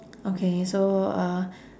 okay so uh